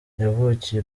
yavukiye